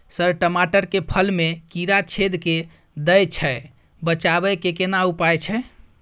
Sir टमाटर के फल में कीरा छेद के दैय छैय बचाबै के केना उपाय छैय?